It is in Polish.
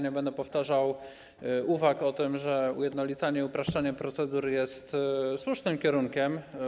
Nie będę powtarzał uwag o tym, że ujednolicanie i upraszczanie procedur jest słusznym kierunkiem.